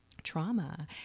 trauma